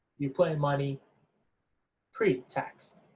you put in money pre-tax,